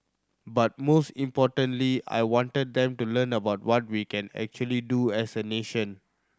but most importantly I wanted them to learn about what we can actually do as a nation